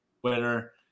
Twitter